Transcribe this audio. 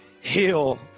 heal